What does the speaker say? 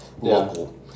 local